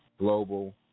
Global